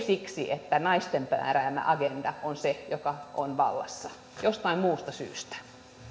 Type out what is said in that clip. siksi että naisten määräämä agenda on se joka on vallassa vaan jostain muusta syystä